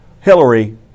Hillary